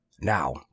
Now